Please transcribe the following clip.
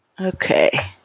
Okay